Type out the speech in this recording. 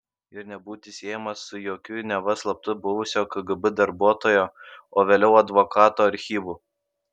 ir nebūti siejamas su jokiu neva slaptu buvusio kgb darbuotojo o vėliau advokato archyvu